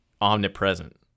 omnipresent